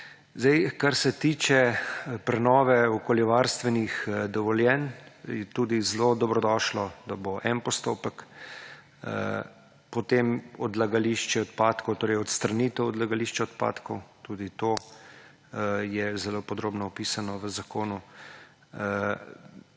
Kar se tiče prenove okoljevarstvenih dovoljenj, je tudi zelo dobrodošlo, da bo en postopek. Potem odstranitev odlagališča odpadkov, tudi to je zelo podrobno opisano v zakonu,